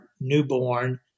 newborn